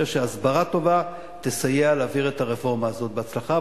אני חושב שהסברה טובה תסייע להעביר את הרפורמה הזאת בהצלחה,